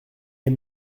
est